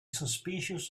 suspicious